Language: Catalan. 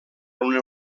una